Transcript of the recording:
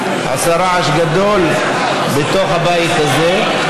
ועשה רעש גדול בתוך הבית הזה.